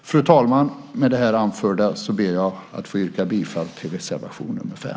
Fru talman! Med det här anförda ber jag att få yrka bifall till reservation nr 5.